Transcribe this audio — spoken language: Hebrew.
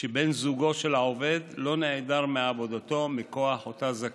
שבן זוגו של העובד לא נעדר מעבודתו מכוח אותה זכאות.